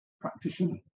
practitioner